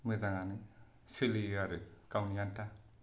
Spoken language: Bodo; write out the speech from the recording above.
मोजाङानो सोलियो आरो गावनि आनथा